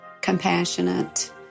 compassionate